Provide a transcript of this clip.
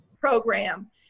program